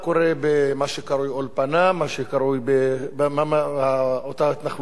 במה שקרוי אולפנה, באותה התנחלות בחברון.